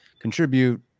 contribute